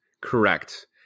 Correct